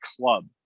club